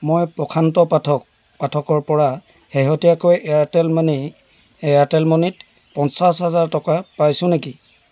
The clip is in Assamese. মই প্ৰশান্ত পাঠক পাঠকৰ পৰা শেহতীয়াকৈ এয়াৰটেল মানি মানিত পঞ্চাছ হাজাৰ টকা পাইছো নেকি